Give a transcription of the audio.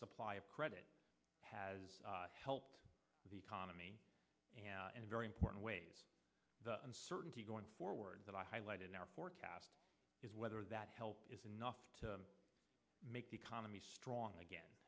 supply of credit has helped the economy in a very important ways the uncertainty going forward that i highlighted in our forecast is whether that help is enough to make the economy strong again